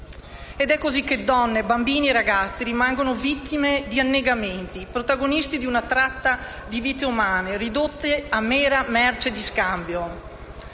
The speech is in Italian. È così che donne, bambini e ragazzi rimangono vittime di annegamenti, protagonisti di una tratta di vite umane ridotte a mera merce di scambio.